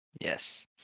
Yes